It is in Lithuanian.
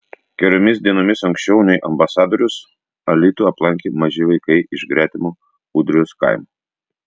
keliomis dienomis anksčiau nei ambasadorius alytų aplankė maži vaikai iš gretimo ūdrijos kaimo